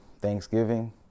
Thanksgiving